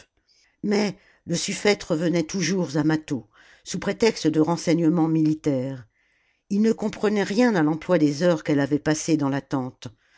mais le sufïete revenait toujours à mâtho sous prétexte de renseignements militaires ii ne comprenait rien à l'emploi des heures qu'elle avait passées dans la